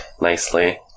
nicely